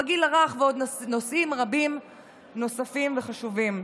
בגיל הרך ובעוד נושאים רבים נוספים וחשובים.